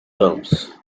terms